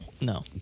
No